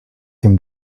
seem